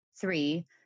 Three